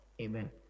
Amen